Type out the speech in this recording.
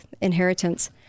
Inheritance